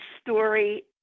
story